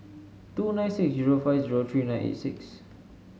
two nine six zero five zero three nine eight six